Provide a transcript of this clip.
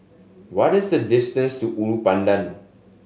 what is the distance to Ulu Pandan